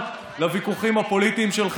יחד עם החברים מהמשותפת,